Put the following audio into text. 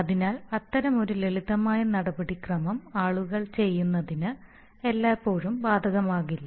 അതിനാൽ അത്തരമൊരു ലളിതമായ നടപടിക്രമം ആളുകൾ ചെയ്യുന്നതിന് എല്ലായ്പ്പോഴും ബാധകമാകില്ല